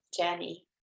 journey